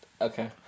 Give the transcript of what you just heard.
Okay